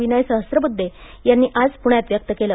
विनय सहस्रबुद्धे यांनी आज पुण्यात व्यक्त केलं